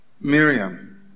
Miriam